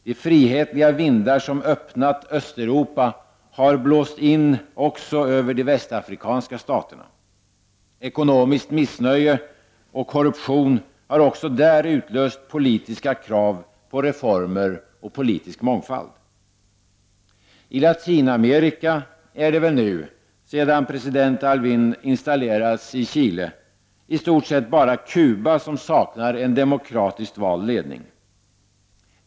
De frihetliga vindar som öppnat Östeuropa har blåst in också över de västafrikanska staterna. Ekonomiskt missnöje och korruption har också där utlöst politiska krav på reformer och politisk mångfald. I Latinamerika är det väl nu — sedan president Aylwin installerats i Chile — i stort sett bara Kuba som saknar en demokratiskt vald ledning.